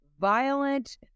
violent